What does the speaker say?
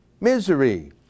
misery